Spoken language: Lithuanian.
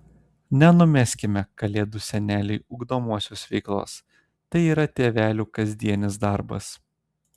nenumeskime kalėdų seneliui ugdomosios veiklos tai yra tėvelių kasdienis darbas